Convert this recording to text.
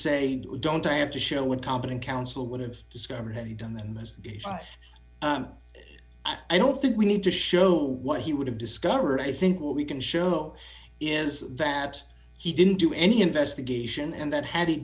you don't have to show a competent counsel would have discovered have you done this i don't think we need to show what he would have discovered i think what we can show is that he didn't do any investigation and that had he